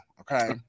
Okay